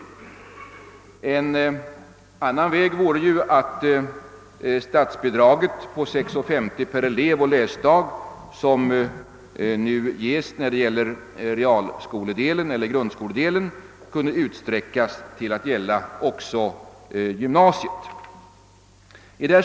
En annan väg vore att statsbidraget på 6 kronor 50 öre per elev och läsdag, som nu ges när det gäller realskoledelen eller grundskoledelen, kunde utsträckas till att gälla också gymnasiet.